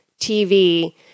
TV